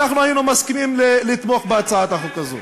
אנחנו היינו מסכימים לתמוך בהצעת החוק הזאת.